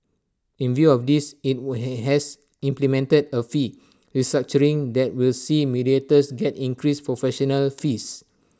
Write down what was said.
in view of this IT has implemented A fee restructuring that will see mediators get increased professional fees